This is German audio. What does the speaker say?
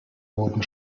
wurden